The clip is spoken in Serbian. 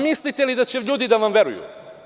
Mislite li da će ljudi da vam veruju?